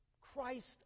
Christ